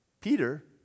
Peter